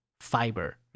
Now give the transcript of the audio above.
fiber